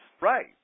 Right